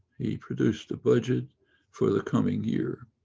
he produced a budget for the coming year.